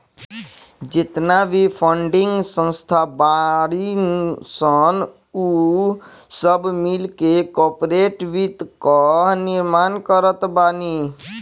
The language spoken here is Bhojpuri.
जेतना भी फंडिंग संस्था बाड़ीन सन उ सब मिलके कार्पोरेट वित्त कअ निर्माण करत बानी